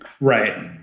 Right